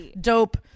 dope